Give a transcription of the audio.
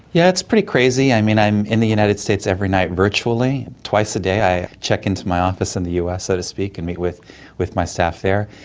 yeah it's pretty crazy. i mean, i'm in the united states every night virtually. twice a day i check into my office in the us, so to speak, and meet with with my staff there.